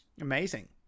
amazing